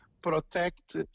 protect